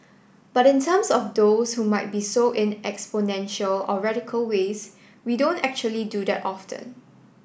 but in terms of those who might be so in exponential or radical ways we don't actually do that often